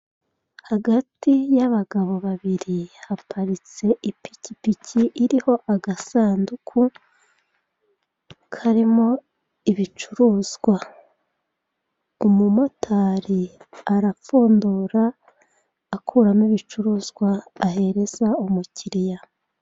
Hagati y'abagabo babiri haparitse ipikipiki iriho agasanduku karimo ibicuruzwa, umumotari arapfundura akuramo ibicuruzwa ahereza umukiriya.